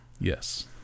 Yes